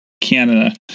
Canada